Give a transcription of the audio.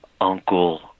uncle